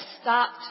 stopped